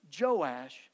Joash